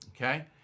okay